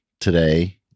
today